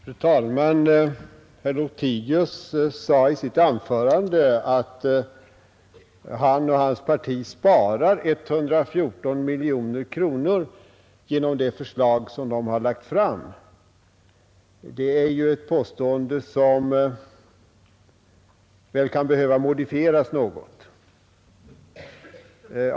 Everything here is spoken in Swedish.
Fru talman! Herr Lothigius sade i sitt anförande att han och hans parti sparar 114 miljoner kronor genom det förslag man lagt fram. Det är ett påstående, som väl kan behöva modifieras något.